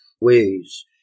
ways